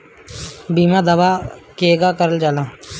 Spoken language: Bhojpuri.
बीमा दावा केगा करल जाला?